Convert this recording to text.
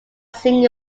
sing